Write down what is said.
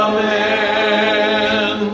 Amen